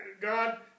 God